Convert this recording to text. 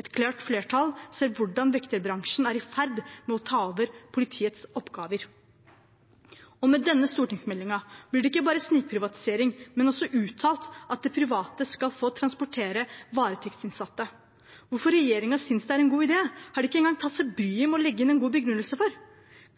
Et klart flertall ser hvordan vekterbransjen er i ferd med å ta over politiets oppgaver. Med denne stortingsmeldingen blir det ikke bare snikprivatisering, men også uttalt at det private skal få transportere varetektsinnsatte. Hvorfor regjeringen synes det er en god idé, har de ikke engang tatt seg bryet med å legge inn en god begrunnelse for.